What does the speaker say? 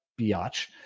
biatch